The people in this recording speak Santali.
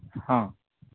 ᱦᱚᱸ